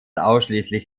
ausschließlich